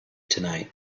tonight